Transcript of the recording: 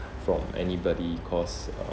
from anybody cause uh